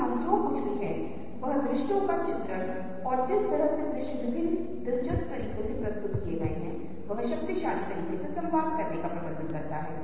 यहां आपको फिर से पता चलता है कि दो तिब्बती थंका चित्रों में बाईं ओर एक रंगों की वजह से बहुत अधिक परेशान है दाईं ओर के एक की तुलना में जो रंग के कारण कम दर्दनाक है